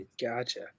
Gotcha